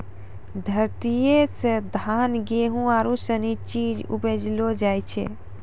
धरतीये से धान, गेहूं आरु सनी चीज उपजैलो जाय छै